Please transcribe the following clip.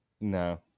no